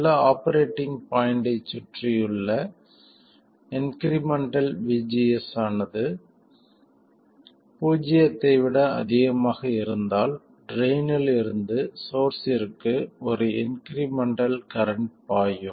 சில operating point ஐச் சுற்றியுள்ள இன்க்ரிமெண்டல் vgs ஆனது பூஜ்ஜியத்தை விட அதிகமாக இருந்தால் ட்ரைன் இல் இருந்து சோர்ஸ்ற்கு ஒரு இன்க்ரிமெண்டல் கரண்ட் பாயும்